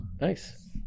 Nice